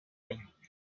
thing